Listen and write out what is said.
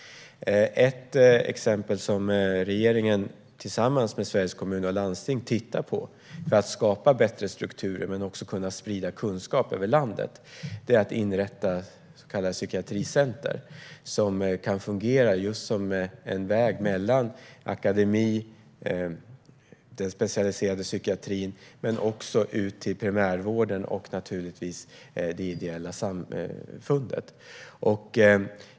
Ett exempel som regeringen tittar på tillsammans med Sveriges Kommuner och Landsting för att skapa bättre strukturer, men också för att sprida kunskap över landet, är att inrätta så kallade psykiatricentrum, som kan fungera som en väg mellan akademin, den specialiserade psykiatrin, primärvården och, naturligtvis, det ideella samfundet.